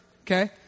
okay